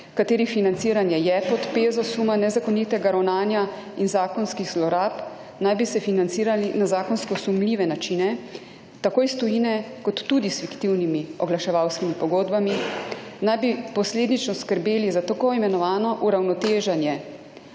kateri financiranje je pod pezo suma nezakonitega ravnanja in zakonskih zlorab, naj bi se financirali na zakonsko sumljive načine, tako iz tujine, kot tudi s fiktivnimi oglaševalskimi pogodbami naj bi posledično skrbeli za tako imenovano uravnoteženje,